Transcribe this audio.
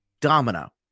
Domino